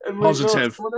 Positive